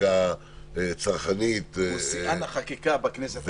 בחקיקה צרכנית --- הוא שיאן החקיקה בכנסת הזו.